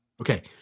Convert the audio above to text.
Okay